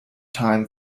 time